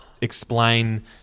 explain